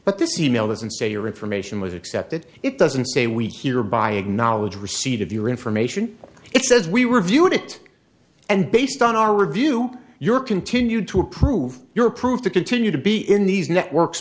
but this e mail doesn't say your information was accepted it doesn't say we here by acknowledge receipt of your information it says we reviewed it and based on our review your continued to approve your approved to continue to be in these networks